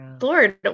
Lord